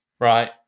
right